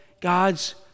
God's